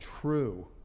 True